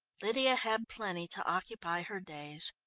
lydia had plenty to occupy her days.